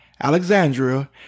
Alexandria